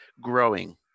growing